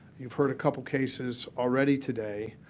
you've heard a couple of cases already today.